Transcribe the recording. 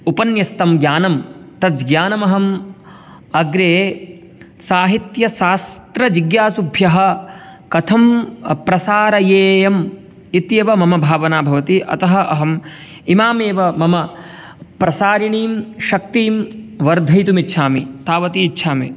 उपन्यस्तं ज्ञानं तत् ज्ञानम् अहम् अग्रे साहित्यशास्त्रजिज्ञासुभ्यः कथं प्रसारयेयम् इति एव मम भावना भवति अतः अहम् इमाम् एव मम प्रसारिणीं शक्तिं वर्धयितुम् इच्छामि तावति इच्छामि